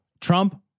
Trump